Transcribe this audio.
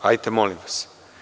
Hajte molim vas.